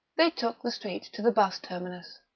they took the street to the bus terminus.